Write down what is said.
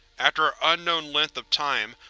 after an unknown length of time,